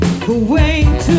away